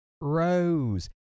rose